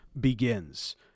begins